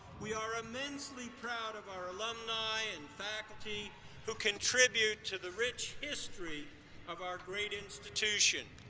we are immensely proud of our alumni and faculty who contribute to the rich history of our great institution.